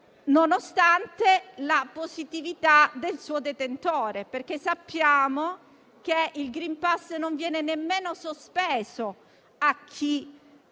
nonostante la positività del suo detentore, perché sappiamo che il *green pass* non viene nemmeno sospeso a chi si